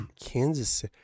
Kansas